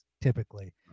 typically